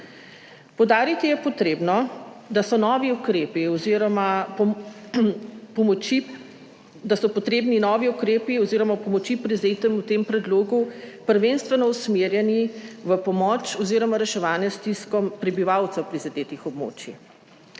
oziroma pomoči, da so potrebni novi ukrepi oziroma pomoči prizadetim v tem predlogu, prvenstveno usmerjeni v pomoč oziroma reševanje stiskam prebivalcev prizadetih območij.